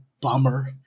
bummer